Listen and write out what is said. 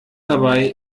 dabei